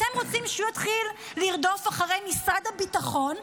אתם רוצים שהוא יתחיל לרדוף אחרי משרד הביטחון,